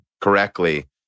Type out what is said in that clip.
correctly